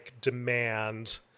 demand